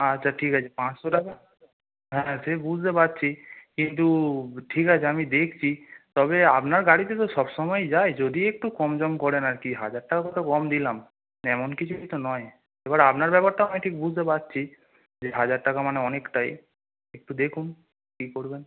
আচ্ছা ঠিক আছে পাঁচশো টাকা হ্যাঁ সে বুসতে পারছি কিন্তু ঠিক আছে আমি দেকচি তবে আপনার গাড়িতে তো সব সময় যাই যদি একটু কম সম করেন আর কি হাজার টাকা কত কম দিলাম এমন কিছুই তো নয় এবার আপনার ব্যাপারটা আমি ঠিক বুঝতে পারছি যে হাজার টাকা মানে অনেকটাই একটু দেখুন কী করবেন